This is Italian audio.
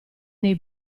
nei